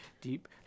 deep